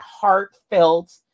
heartfelt